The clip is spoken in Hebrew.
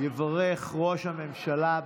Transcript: יברך ראש הממשלה.